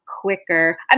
quicker